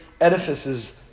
edifices